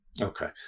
Okay